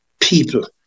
people